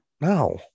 No